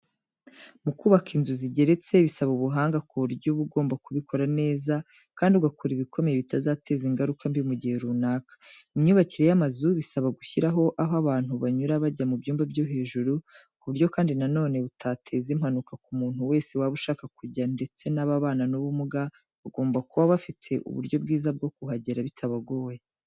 Mu kubaka inzu zigeretse bisaba ubuhanga ku buryo uba ugomba kubikora neza kandi ugakora ibikomeye bitazateza ingaruka mbi mu gihe runaka. Mu myubakire y'amazu bisaba gushyiraho aho abantu banyura bajya mu byumba byo hejuru ku buryo kandi na none butateza impanuka ku muntu wese waba ushaka kujya ndetse n'ababana n'ubumuga bagomba kuba bafite uburyo bwiza bwo kuhagera bitabagoye.